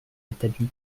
rétablit